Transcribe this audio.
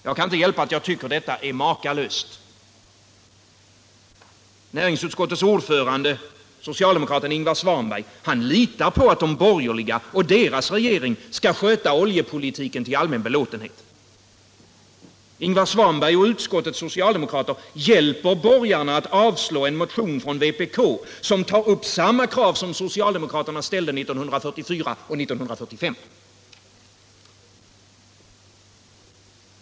Jag kan inte hjälpa att jag tycker att detta är makalöst! Näringsutskottets ordförande, socialdemokraten Ingvar Svanberg, litar på att de borgerliga och deras regering skall sköta oljepolitiken till allmän belåtenhet. Ingvar Svanberg och utskottets socialdemokrater hjälper borgarna att avslå en motion från vpk som tar upp samma krav som socialdemokraterna ställde 1944 och 1945.